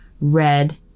Red